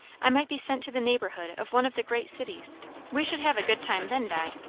i might be sent to the neighbourhood of one of the great cities we should have a good time then, di!